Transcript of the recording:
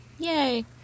Yay